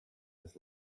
his